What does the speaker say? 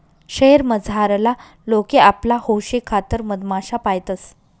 शयेर मझारला लोके आपला हौशेखातर मधमाश्या पायतंस